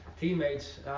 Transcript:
teammates